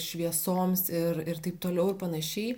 šviesoms ir ir taip toliau ir panašiai